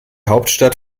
hauptstadt